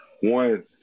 One